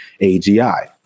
AGI